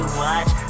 watch